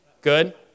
Good